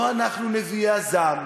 לא אנחנו נביאי הזעם,